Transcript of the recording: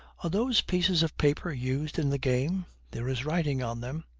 are those pieces of paper used in the game? there is writing on them